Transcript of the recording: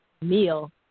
meal